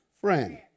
friend